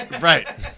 Right